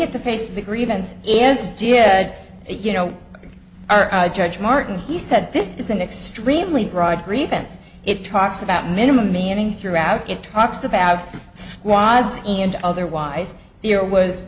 at the face the grievance is did you know judge martin he said this is an extremely broad grievance it talks about minimum manning throughout it talks about squads and otherwise there was